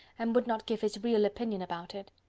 and would not give his real opinion about it.